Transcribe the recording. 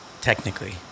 technically